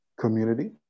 community